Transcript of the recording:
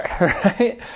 Right